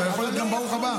אתה יכול כמו כולם.